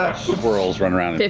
ah squirrels running around.